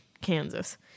kansas